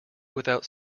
without